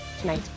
tonight